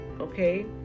okay